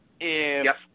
Yes